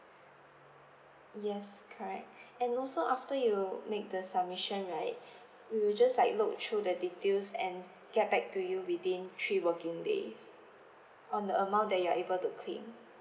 yes correct and also after you make the submission right we will just like look through the details and get back to you within three working days on the amount that you're able to claim